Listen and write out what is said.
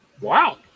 Wow